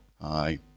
Aye